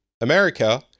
america